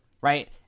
Right